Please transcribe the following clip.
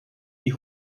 die